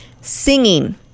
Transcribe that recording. Singing